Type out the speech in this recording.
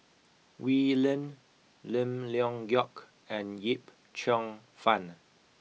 Wee Lin Lim Leong Geok and Yip Cheong Fun